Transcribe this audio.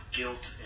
guilt